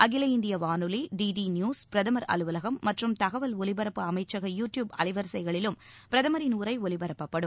அகில இந்திய வானொலி டி நியூஸ் பிரதமா் அலுவலகம் மற்றும் தகவல் ஒலிபரப்பு அமைச்சக யூ டியூப் அலைவரிசைகளிலும் பிரதமரின் உரை ஒலிபரப்பப்படும்